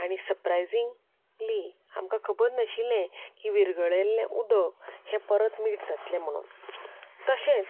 आनी सरप्रायजिंगली आमकां खबर नाशिल्लें की विरगळयल्लें उदक हें परत मीट जातलें म्हणून तशेंच